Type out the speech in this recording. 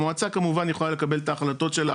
המועצה כמובן יכולה לקבל את ההחלטות שלה